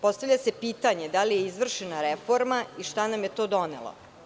Postavlja se pitanje – da li je izvršena reforma i šta nam je to donelo?